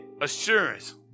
assurance